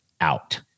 out